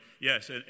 Yes